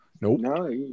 Nope